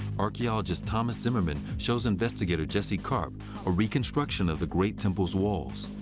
archaeologist thomas zimmerman shows investigator jesse karp a reconstruction of the great temple's walls.